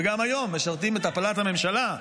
וגם היום משרתים, את הפלת הממשלה.